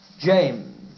James